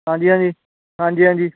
ਹਾਂਜੀ ਹਾਂਜੀ ਹਾਂਜੀ ਹਾਂਜੀ